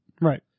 right